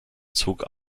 zog